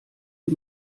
die